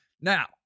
Now